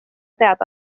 teada